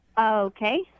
Okay